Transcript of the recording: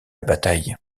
bataille